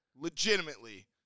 legitimately